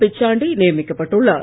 பிச்சாண்டி நியமிக்கப்பட்டுள்ளார்